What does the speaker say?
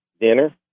dinner